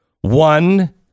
One